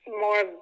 more